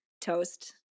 toast